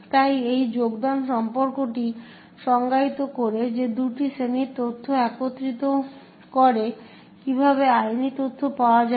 তাই এই যোগদান সম্পর্কটি সংজ্ঞায়িত করে যে দুটি শ্রেণীর তথ্য একত্রিত করে কীভাবে আইনি তথ্য পাওয়া যায়